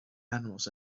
animals